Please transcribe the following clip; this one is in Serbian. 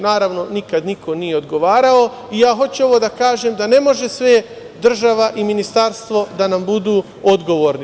Naravno, nikad niko nije odgovarao i ja hoću ovo da kažem da ne može sve država i ministarstvo da nam budu odgovorni.